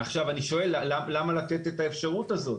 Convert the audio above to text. אני שואל: למה לתת את האפשרות הזאת?